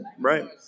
Right